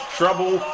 trouble